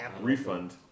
Refund